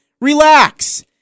Relax